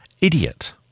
idiot